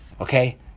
Okay